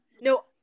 No